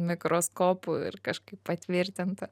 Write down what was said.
mikroskopu ir kažkaip patvirtinta